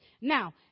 now